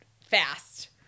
fast